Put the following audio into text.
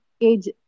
age